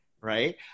Right